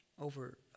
over